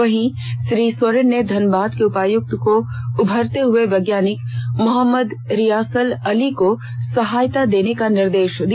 वहीं श्री सोरेन ने धनबाद के उपायुक्त को उभरते हुए वैज्ञानिक मोहम्मद रियासल अली को सहायता देने का निर्देष दिया